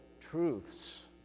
truths